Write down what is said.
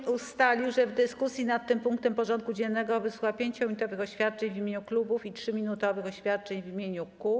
Sejm ustalił, że w dyskusji nad tym punktem porządku dziennego wysłucha 5-minutowych oświadczeń w imieniu klubów i 3-minutowych oświadczeń w imieniu kół.